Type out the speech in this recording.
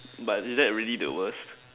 but is that really the worst